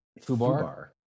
Fubar